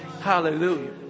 Hallelujah